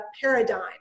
paradigm